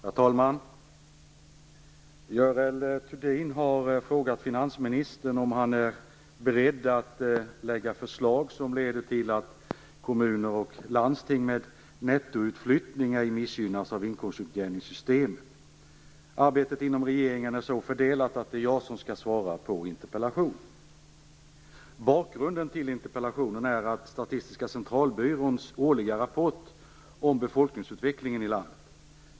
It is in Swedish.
Herr talman! Görel Thurdin har frågat finansministern om han är beredd att lägga fram förslag som leder till att kommuner och landsting med nettoutflyttning ej missgynnas av inkomstutjämningssystemet. Arbetet inom regeringen är så fördelat att det är jag som skall svara på interpellationen. Bakgrunden till interpellationen är Statistiska centralbyråns årliga rapport om befolkningsutvecklingen i landet.